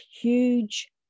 huge